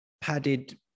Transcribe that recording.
padded